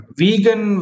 vegan